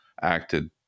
acted